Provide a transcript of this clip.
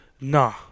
Nah